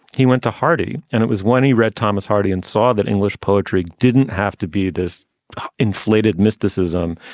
he went to hardy. and it was when he read thomas hardy and saw that english poetry didn't have to be this inflated mysticism,